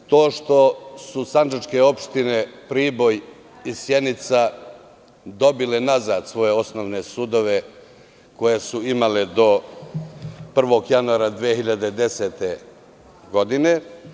Pohvalio bih to što su sandžačke opštine Priboj i Sjenica dobile nazad svoje osnovne sudove koje su imale do 1. januara 2010. godine.